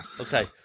Okay